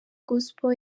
gospel